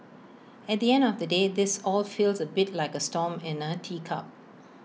at the end of the day this all feels A bit like A storm in A teacup